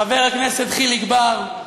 חבר הכנסת חיליק בר,